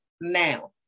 now